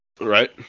Right